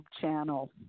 channel